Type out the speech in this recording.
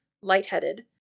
lightheaded